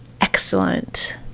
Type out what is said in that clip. excellent